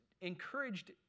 encouraged